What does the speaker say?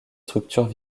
structures